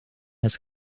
has